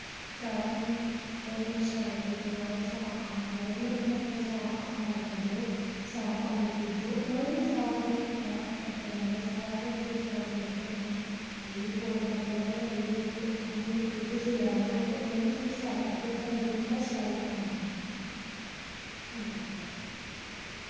सारें गी उ'नें गी शैल करियै खलाओ साफ खाना पलैओ जि'यां तुस आपूं साफ खाना खंदे ओ साफ पानी पींदे ओ उ'नें गी बी साफ पट्ठे पाने हर चीज साफ सुथरी रक्खनी कि ओह् मतलब एह् निं होए कि असें दुद्ध जे लैना उं'दे कोला ते उ'नें गी बी चीज शैल पाह्गे ते तांई दुद्ध उं'दा शैल आना ऐ हां जी